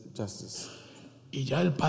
justice